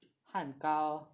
他很高